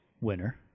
winner